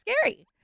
scary